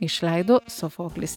išleido sofoklis